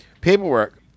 paperwork